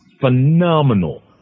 phenomenal